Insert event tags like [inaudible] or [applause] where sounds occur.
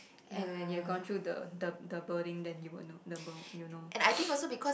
and then you have gone through the the the birthing then you will know you know [noise]